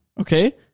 okay